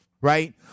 right